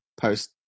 post